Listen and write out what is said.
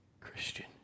Christian